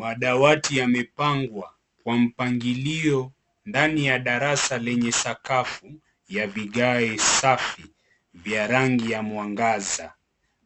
Madawati yamepangwa kwa mpangilio ndani ya darasa lenye sakafu ya vigae safi vya rangi ya mwangaza.